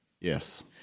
Yes